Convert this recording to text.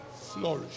Flourish